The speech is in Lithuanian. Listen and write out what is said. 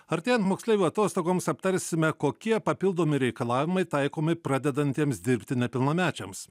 artėjant moksleivių atostogoms aptarsime kokie papildomi reikalavimai taikomi pradedantiems dirbti nepilnamečiams